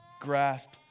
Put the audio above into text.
grasp